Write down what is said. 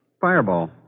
Fireball